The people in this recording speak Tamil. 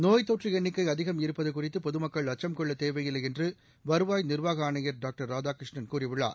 நோய்த்தொற்று எண்ணிக்கை அதிகம் இருப்பது குறித்து பொதுமக்கள் அச்சம் கொள்ளத்தேவையில்லை என்று வருவாய் நிர்வாக ஆணையர் டாக்டர் ராதாகிருஷ்ணன் கூறியுள்ளா்